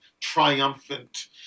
triumphant